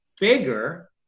bigger